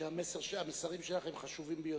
כי המסרים שלך הם חשובים ביותר,